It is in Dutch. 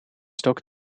stok